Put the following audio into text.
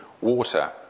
water